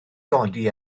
godi